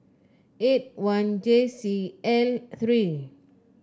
eight one J C L three